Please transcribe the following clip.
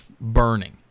burning